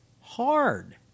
hard